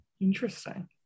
Interesting